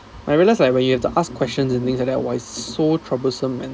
I realise like when you have to ask questions and things like that !wah! it's so troublesome man